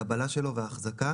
קבלה שלו ואחזקה.